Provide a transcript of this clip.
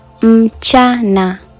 mchana